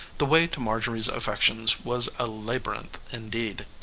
the way to marjorie's affections was a labyrinth indeed.